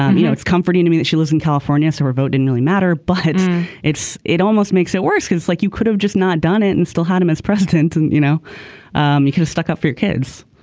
um you know it's comforting to me that she lives in california so remote and really matter but it's it almost makes it worse because like you could have just not done it and still had him as president and you know um you could have stuck up for your kids.